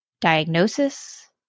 diagnosis